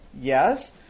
Yes